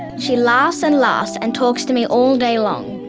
she laughs and laughs and talks to me all day long.